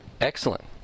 Excellent